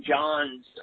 John's